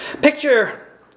Picture